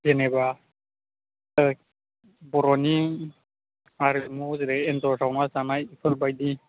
जेनेबा बर'नि आरिमु जेरै एन्जर जावना जानाय बेफोर बायदि